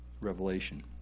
Revelation